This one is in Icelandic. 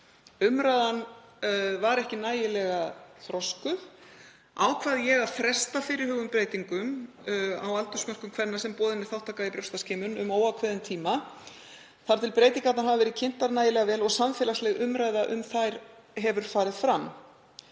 umræðan var ekki nægilega þroskuð, ákvað ég að fresta fyrirhuguðum breytingum á aldursmörkum kvenna, sem boðin er þátttaka í brjóstaskimun, um óákveðinn tíma þar til breytingarnar hafa verið kynntar nægilega vel og samfélagsleg umræða um þær hefur farið fram.